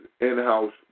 in-house